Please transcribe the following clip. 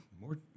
more